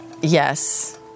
Yes